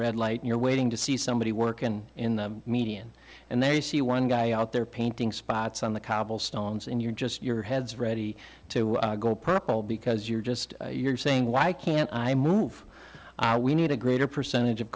red light you're waiting to see somebody workin in the median and they see one guy out there painting spots on the cobblestones and you're just your head's ready to go purple because you're just you're saying why can't i move we need a greater percentage of